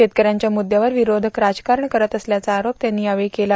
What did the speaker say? शेतकऱ्यांच्या मुद्यावर विरोधक राजकारण करत असल्याचा आरोप त्यांनी यावेळी केला